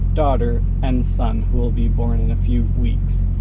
daughter and son who will be born in a few weeks.